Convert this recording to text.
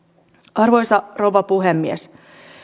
arvoisa rouva puhemies